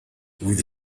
with